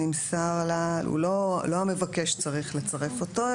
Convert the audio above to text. לא המבקש צריך לצרף אותו,